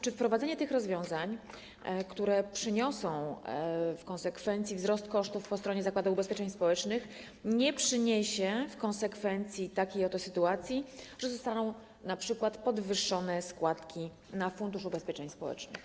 Czy wprowadzenie tych rozwiązań, które przyniosą w konsekwencji wzrost kosztów po stronie Zakładu Ubezpieczeń Społecznych, nie spowoduje w konsekwencji takiej oto sytuacji, że zostaną np. podwyższone składki na Fundusz Ubezpieczeń Społecznych?